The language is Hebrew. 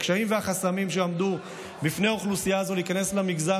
הקשיים והחסמים שעמדו בפני אוכלוסייה זו להיכנס למגזר